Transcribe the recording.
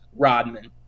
Rodman